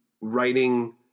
writing